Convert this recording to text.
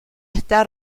está